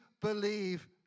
believe